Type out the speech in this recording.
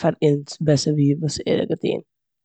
פאר אונז, בעסער ווי וואס ער האט געטון.